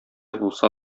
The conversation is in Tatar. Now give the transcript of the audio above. булса